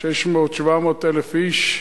600,000 700,000 איש.